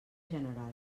general